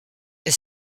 est